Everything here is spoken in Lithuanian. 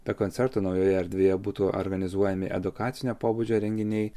be koncertų naujoje erdvėje būtų organizuojami edukacinio pobūdžio renginiai